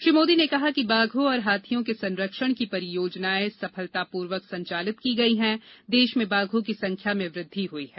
श्री मोदी ने कहा कि बाघों और हाथियों के संरक्षण की परियोजनाएं सफलताएं पूर्वक संचालित की गई हैं देश में बाघों की संख्या में वृद्धि हुई है